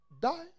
Die